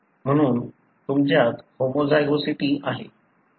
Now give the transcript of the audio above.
म्हणून तुमच्यात होमोझायगॉसिटी आहे